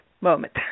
moment